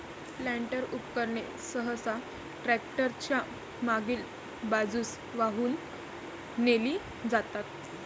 planter उपकरणे सहसा tractor च्या मागील बाजूस वाहून नेली जातात